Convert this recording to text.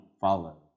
follow